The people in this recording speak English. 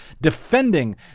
defending